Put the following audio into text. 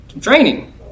Training